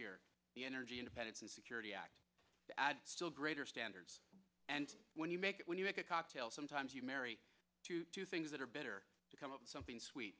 year the energy independence and security act still greater standards and when you make it when you make a cocktail sometimes you marry to do things that are better to come up with something sweet